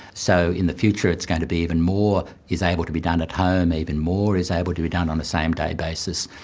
so in the future it's going to be even more is able to be done at home, even more is able to be done on a same-day basis.